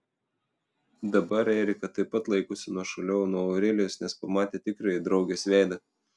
dabar erika taip pat laikosi nuošaliau nuo aurelijos nes pamatė tikrąjį draugės veidą